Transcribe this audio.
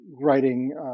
writing